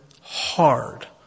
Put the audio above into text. hard